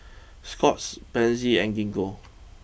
Scott's Pansy and Gingko